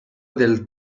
del